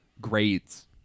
grades